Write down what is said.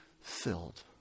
filled